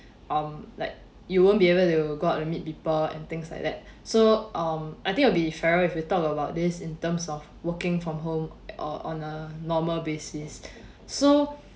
um like you won't be able to go out and meet people and things like that so um I think it'll be fairer if we talk about this in terms of working from home or on a normal basis so